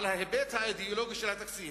על ההיבט האידיאולוגי של התקציב,